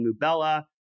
Mubella